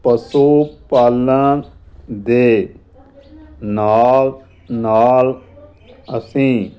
ਪਸ਼ੂ ਪਾਲਣ ਦੇ ਨਾਲ ਨਾਲ ਅਸੀਂ